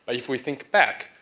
if we think back,